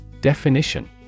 Definition